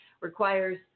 requires